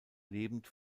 lebend